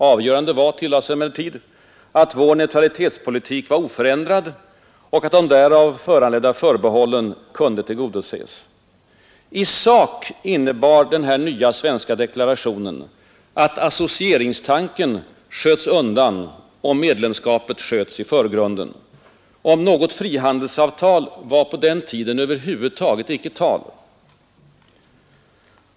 Avgörande var — tillades emellertid — att vår neutralitetspolitik var oförändrad och att de därav föranledda förbehållen kunde tillgodoses. I sak innebar den nya svenska deklarationen, att associeringstanken sköts undan och medlemskapet i förgrunden. Om något frihandelsavtal var över huvud icke tal.